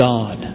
God